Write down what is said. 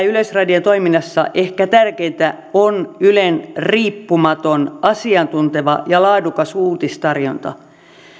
yleisradion toiminnassa ehkä tärkeintä on ylen riippumaton asiantunteva ja laadukas uutistarjonta